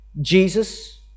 Jesus